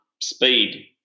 Speed